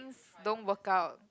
don't work out